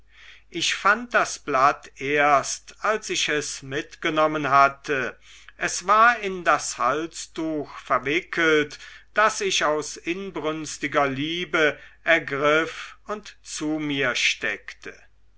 ich fand das blatt erst als ich es mitgenommen hatte es war in das halstuch verwickelt das ich aus inbrünstiger liebe ergriff und zu mir steckte